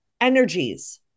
energies